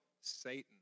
Satan